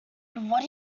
what